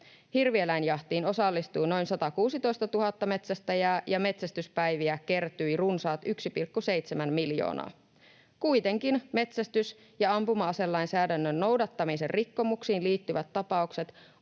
Hirvieläinjahtiin osallistui noin 116 000 metsästäjää, ja metsästyspäiviä kertyi runsaat 1,7 miljoonaa. Kuitenkin metsästys- ja ampuma-aselainsäädännön noudattamisen rikkomuksiin liittyvät tapaukset